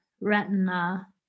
retina